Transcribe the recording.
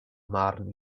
marn